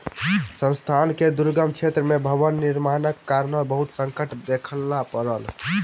संस्थान के दुर्गम क्षेत्र में भवन निर्माणक कारणेँ बहुत संकट देखअ पड़ल